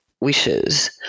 wishes